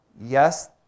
Yes